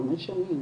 חמש שנים